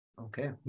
okay